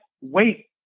wait